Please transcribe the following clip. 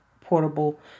portable